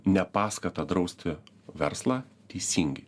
ne paskatą drausti verslą teisingai